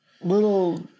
little